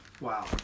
Wow